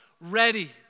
ready